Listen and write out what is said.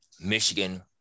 Michigan